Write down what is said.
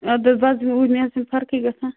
اَدٕ حظ بہٕ حظ یِمہٕ اوٗرۍ مےٚ حظ چھِنہٕ فرقٕے گژھان